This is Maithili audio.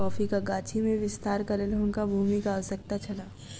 कॉफ़ीक गाछी में विस्तारक लेल हुनका भूमिक आवश्यकता छल